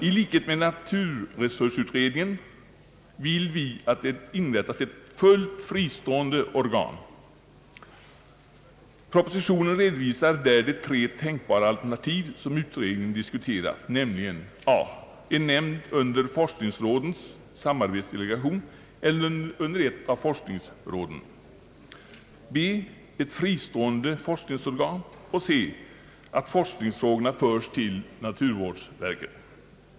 I likhet med naturresursutredningen vill vi, att det inrättas ett fullt fristående organ. Pro positionen redovisar där de tre tänkbara alternativ som utredningen har diskuterat, nämligen a) en nämnd under forskningsrådens samarbetsdelegation eller under ett forskningsråd, b) ett fristående forskningsorgan och c) att forskningsfrågorna förs till naturvårdsverket.